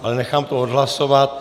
Ale nechám to odhlasovat.